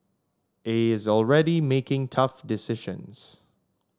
he is already making tough decisions